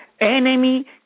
enemy